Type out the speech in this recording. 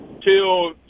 till